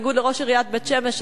בניגוד לראש עיריית בית-שמש,